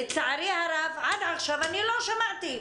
לצערי הרב, עד עכשיו אני לא שמעתי.